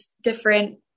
different